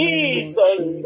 Jesus